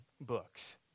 books